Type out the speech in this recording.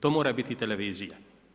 To mora biti i televizija.